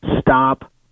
stop